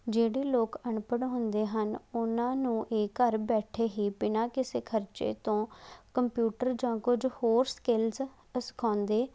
ਜਿਹੜੇ ਲੋਕ ਅਨਪੜ੍ਹ ਹੁੰਦੇ ਹਨ ਉਹਨਾਂ ਨੂੰ ਇਹ ਘਰ ਬੈਠੇ ਹੀ ਬਿਨਾਂ ਕਿਸੇ ਖਰਚੇ ਤੋਂ ਕੰਪਿਊਟਰ ਜਾਂ ਕੁਝ ਹੋਰ ਸਕਿਲਜ ਅ ਸਿਖਾਉਂਦੇ